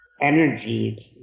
energy